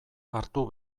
hartu